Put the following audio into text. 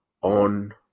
on